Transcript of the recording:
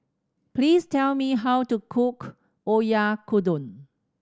please tell me how to cook Oyakodon